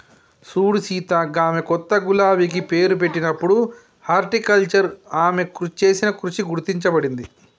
సూడు సీత గామె కొత్త గులాబికి పేరు పెట్టినప్పుడు హార్టికల్చర్ ఆమె చేసిన కృషి గుర్తించబడింది